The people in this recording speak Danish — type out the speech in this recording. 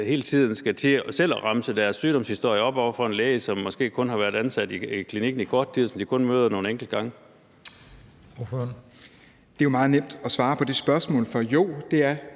hele tiden skal til selv at remse deres sygdomshistorie op over for en læge, som måske kun har været ansat i klinikken i kort tid, og som de kun møder nogle enkelte gange. Kl. 19:09 Den fg. formand (Christian Juhl): Ordføreren.